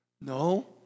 No